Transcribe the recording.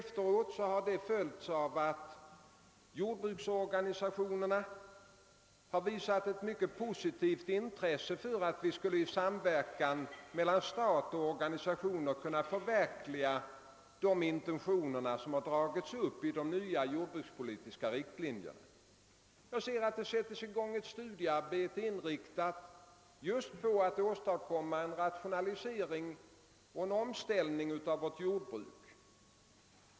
Efteråt har det följts av att jordbruksorganisationerna har visat ett mycket positivt intresse för att vi skulle i samverkan mellan staten och organisationerna kunna förverkliga de intentioner som har legat till grund för de nya jordbrukspolitiska riktlinjerna. Det sätts i gång ett studiearbete, inriktat just på att åstadkomma en rationalisering och en omställning av vårt jordbruk.